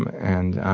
and